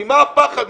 ממה הפחד?